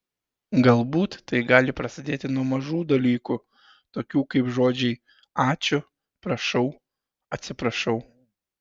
galbūt tai gali prasidėti nuo mažų dalykų tokių kaip žodžiai ačiū prašau atsiprašau